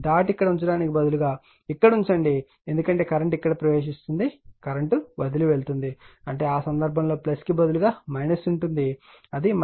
dot ఇక్కడ ఉంచడానికి బదులుగా ఇక్కడ డాట్ ఉంచండి ఎందుకంటే కరెంట్ ఇక్కడ ప్రవేశిస్తుంది కరెంట్ వదిలి వెళ్తుంది అంటే ఆ సందర్భంలో కి బదులుగా ఉంటుంది అది అవుతుంది